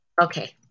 Okay